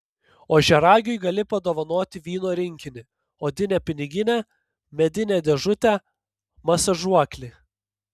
ožiaragiui gali padovanoti vyno rinkinį odinę piniginę medinę dėžutę masažuoklį